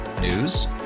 News